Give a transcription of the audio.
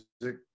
music